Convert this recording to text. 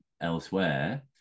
elsewhere